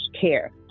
care